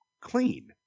clean